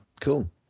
Cool